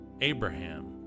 Abraham